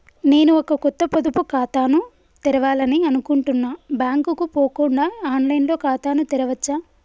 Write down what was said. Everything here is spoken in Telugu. నేను ఒక కొత్త పొదుపు ఖాతాను తెరవాలని అనుకుంటున్నా బ్యాంక్ కు పోకుండా ఆన్ లైన్ లో ఖాతాను తెరవవచ్చా?